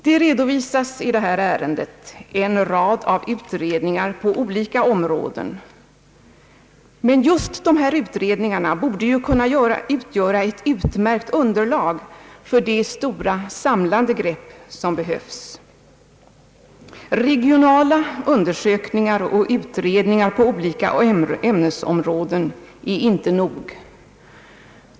Det redovisas i detta ärende en rad av utredningar på olika områden, men just dessa utredningar borde ju kunna utgöra ett utmärkt underlag för det stora samlande grepp som behövs. Regionala undersökningar och utredningar på olika ämnesområden är inte nog.